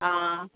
हा